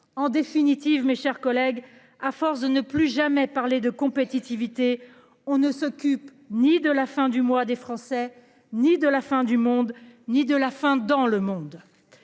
En définitive, mes chers collègues. À force de ne plus jamais parler de compétitivité, on ne s'occupe ni de la fin du mois des Français ni de la fin du monde ni de la faim dans le monde.